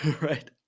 right